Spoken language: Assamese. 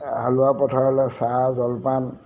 হলোৱা পথাৰলৈ চাহ জলপান